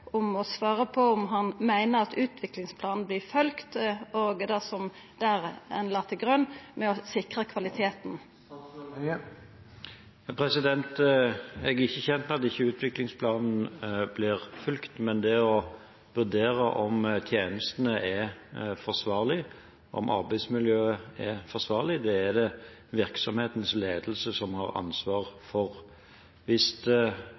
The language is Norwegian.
på om han meiner at utviklingsplanen vert følgd, der ein la til grunn å sikra kvaliteten? Jeg er ikke kjent med at utviklingsplanen ikke blir fulgt, men å vurdere om tjenestene og arbeidsmiljøet er forsvarlig, er det virksomhetens ledelse som har ansvaret for. Hvis